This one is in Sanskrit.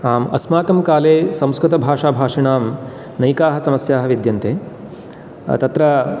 आम् अस्माकं काले संस्कृतभाषाभाषिणां नैकाः समस्याः विद्यन्ते तत्र